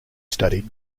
studied